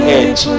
edge